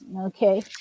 Okay